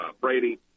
Brady